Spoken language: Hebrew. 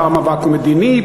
פעם המאבק הוא מדיני,